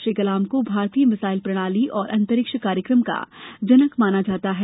श्री कलाम को भारतीय मिसाइल प्रणाली और अंतरिक्ष कार्यक्रम का जनक माना जाता है